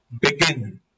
begin